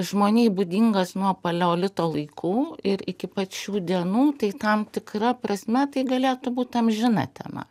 žmonijai būdingas nuo paleolito laikų ir iki pat šių dienų tai tam tikra prasme tai galėt būt amžina tema